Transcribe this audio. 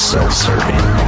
self-serving